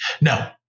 No